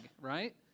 right